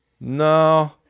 no